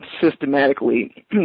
systematically